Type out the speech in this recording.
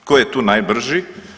Tko je tu najbrži?